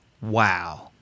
wow